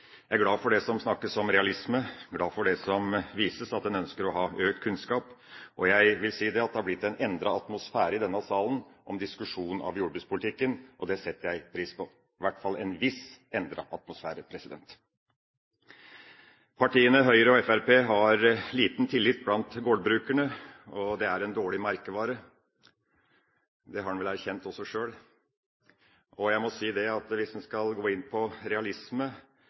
Jeg er glad for det som sies om realisme, glad for det som vises, at en ønsker å ha økt kunnskap. Og jeg vil si at det er en endret atmosfære i denne salen i diskusjonen om jordbrukspolitikken. Det setter jeg pris på – i hvert fall en viss endret atmosfære. Partiene Høyre og Fremskrittspartiet har liten tillit blant gårdbrukerne. Det er en dårlig merkevare, det har en vel erkjent også sjøl. Og jeg må si at hvis en skal gå inn på realisme